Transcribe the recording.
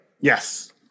Yes